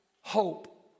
hope